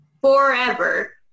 forever